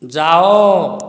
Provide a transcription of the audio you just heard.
ଯାଅ